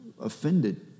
offended